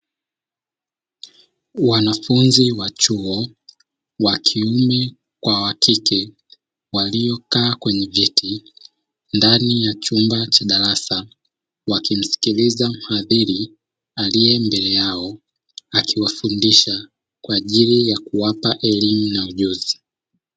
Wanafunzi wa chuo wa kiume kwa wa kike waliokaa kwenye viti ndani ya chumba cha darasa, wakimsikiliza mhadhiri aliye mbele yao akiwafundisha kwa ajili ya kuwapa elimu na ujuzi.